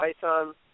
Python